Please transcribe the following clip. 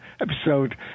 episode